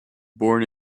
born